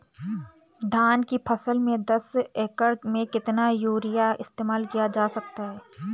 धान की फसल में दस एकड़ में कितना यूरिया इस्तेमाल किया जा सकता है?